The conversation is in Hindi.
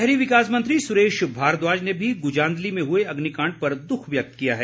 शहरी विकास मंत्री सुरेश भारद्वाज ने भी गुजांदली में हुए अग्निकाण्ड पर दुख व्यक्त किया है